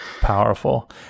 powerful